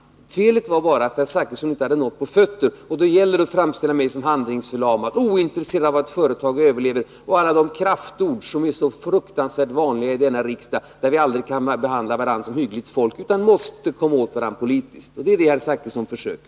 Felet var bara att herr Zachrisson inte hade något på fötterna. Då gäller det att framställa mig som handlingsförlamad och ointresserad av att företag överlever och ta till alla de kraftord som är så fruktansvärt vanliga i riksdagen, där vi aldrig kan behandla varandra som hyggligt folk utan måste komma åt varandra politiskt. Det är det herr Zachrisson försöker.